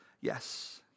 Yes